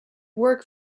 work